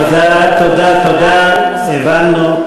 תודה, תודה, תודה, הבנו.